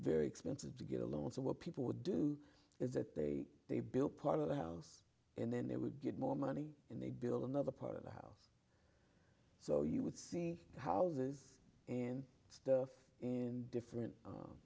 very expensive to get a loan so what people would do is that they built part of the house and then they would get more money and they'd build another part of the house so you would see houses and stuff and different